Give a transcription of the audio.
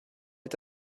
est